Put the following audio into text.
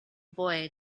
boy